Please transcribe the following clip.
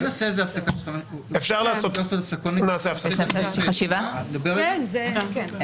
אולי נעשה הפסקה ונדבר על זה.